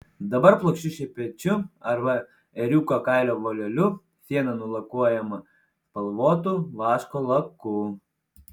dabar plokščiu šepečiu arba ėriuko kailio voleliu siena nulakuojama spalvotu vaško laku